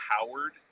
Howard